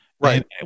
right